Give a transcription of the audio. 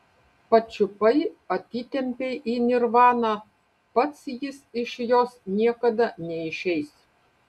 pačiupai atitempei į nirvaną pats jis iš jos niekada neišeis